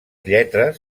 lletres